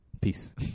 Peace